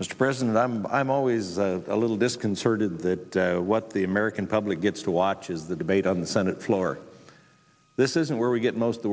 mr president i'm always a little disconcerted that what the american public gets to watch is the debate on the senate floor this isn't where we get most of the